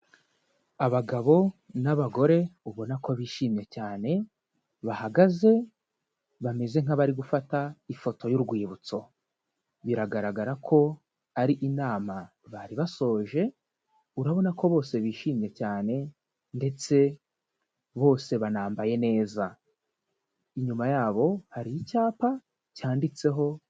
Abagabo n'abagore ubona ko bishimye cyane, bahagaze bameze nk'abari gufata ifoto y'urwibutso. Biragaragara ko ari inama bari basoje, urabona ko bose bishimye cyane ndetse bose banambaye neza. Inyuma yabo hari icyapa cyanditseho.